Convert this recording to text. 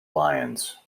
lions